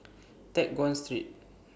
Teck Guan Street